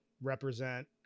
represent